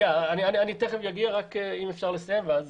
אני רק אסיים ואז